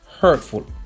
Hurtful